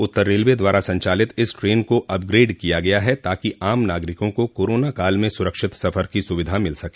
उत्तर railway द्वारा संचालित इस ट्रेन को अपग्रेड किया गया है ताकि आम नागरिकों को कोरोना काल में सुरक्षित सफर की सुविधा मिल सके